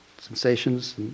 sensations